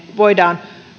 voidaan